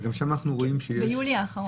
גם כשאנחנו רואים שיש --- ביולי האחרון.